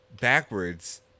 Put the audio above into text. backwards